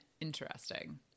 interesting